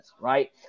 Right